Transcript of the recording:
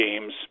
games